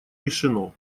решено